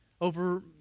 over